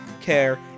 care